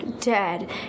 Dad